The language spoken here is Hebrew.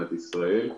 מדינת ישראל.